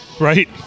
Right